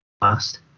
last